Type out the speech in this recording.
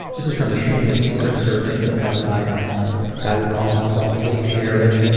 this is from the shame and secrets survey filled out by a guy who calls himself gay jared.